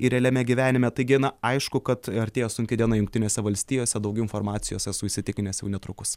ir realiame gyvenime tai gi na aišku kad artėja sunki diena jungtinėse valstijose daugiau informacijos esu įsitikinęs jau netrukus